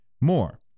more